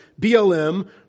BLM